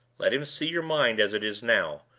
let him see your mind as it is now,